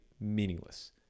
meaningless